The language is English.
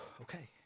okay